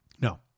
No